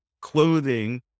clothing